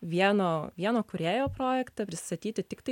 vieno vieno kūrėjo projektą prisistatyti tiktai